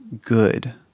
good